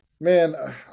Man